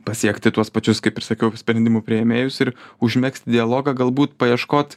pasiekti tuos pačius kaip ir sakiau sprendimų priėmėjus ir užmegzt dialogą galbūt paieškoti